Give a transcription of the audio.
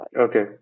Okay